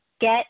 Get